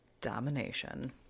domination